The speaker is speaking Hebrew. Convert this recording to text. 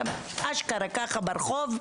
ואשכרה ככה ברחוב,